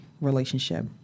relationship